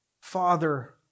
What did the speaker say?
Father